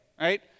right